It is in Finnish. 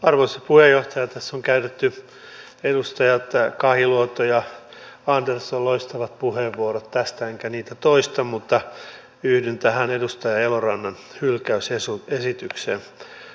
tässä ovat edustajat alanko kahiluoto ja andersson käyttäneet loistavat puheenvuorot tästä enkä niitä toista mutta yhdyn tähän edustaja elorannan hylkäysesitykseen